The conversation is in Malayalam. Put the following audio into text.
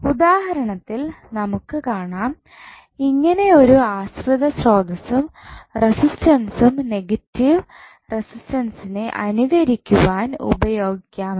ഉദാഹരണത്തിൽ നമുക്ക് കാണാം എങ്ങനെ ഒരു ആശ്രിത സ്രോതസ്സും റെസിസ്റ്റൻസും നെഗറ്റീവ് റെസിസ്റ്റൻസിനെ അനുകരിക്കുവാൻ ഉപയോഗിക്കാമെന്ന്